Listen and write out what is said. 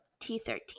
T-13